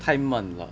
太闷了